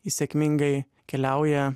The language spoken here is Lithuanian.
jis sėkmingai keliauja